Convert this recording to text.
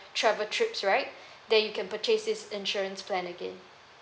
travel trips right then you can purchase this insurance plan again